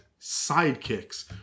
sidekicks